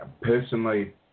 personally